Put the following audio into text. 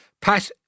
Pat